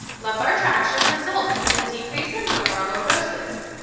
lumbar traction results in a decrease in lumbar lordosis,